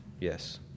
Yes